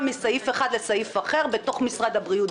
מסעיף אחד לאחר בתוך משרד הבריאות.